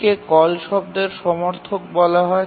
এটিকে কল শব্দের সমর্থক বলা হয়